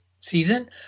season